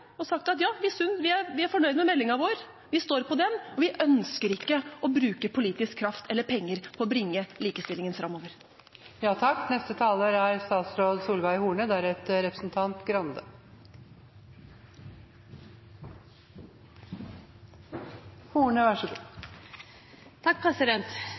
og sagt: Ja, vi er fornøyd med meldingen vår, vi står på den, vi ønsker ikke å bruke politisk kraft eller penger for å bringe likestillingen